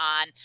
on